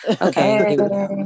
Okay